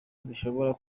zishobora